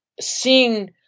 seeing –